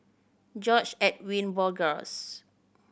George Edwin Bogaars